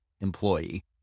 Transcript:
employee